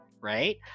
right